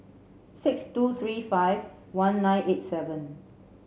six two three five one nine eight seven